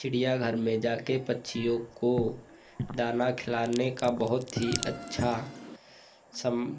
चिड़ियाघर में जाकर पक्षियों को दाना खिलाने का बहुत ही अच्छा सम